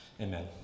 Amen